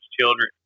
children